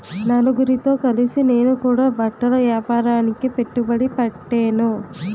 నలుగురితో కలిసి నేను కూడా బట్టల ఏపారానికి పెట్టుబడి పెట్టేను